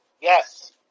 Yes